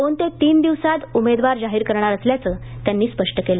दोन ते तीन दिवसात उमेदवार जाहीर करणार असल्याचं त्यांनी स्पष्ट केलं